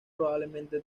probablemente